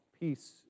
peace